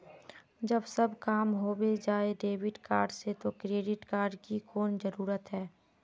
जब सब काम होबे जाय है डेबिट कार्ड से तो क्रेडिट कार्ड की कोन जरूरत है?